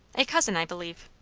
a cousin, i believe.